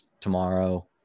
tomorrow –